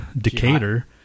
Decatur